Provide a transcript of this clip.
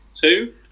Two